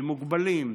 במוגבלים,